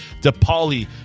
DePauli